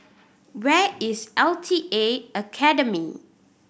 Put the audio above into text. where is L T A Academy